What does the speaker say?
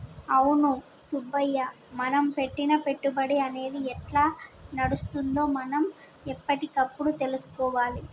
అవును సుబ్బయ్య మనం పెట్టిన పెట్టుబడి అనేది ఎట్లా నడుస్తుందో మనం ఎప్పటికప్పుడు తెలుసుకోవాలి